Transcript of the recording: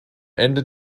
ende